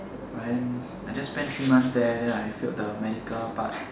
but then I just spent three months there then I failed the medical part